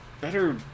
better